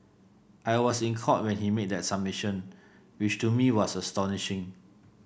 I was in Court when he made that submission which to me was astonishing